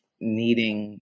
needing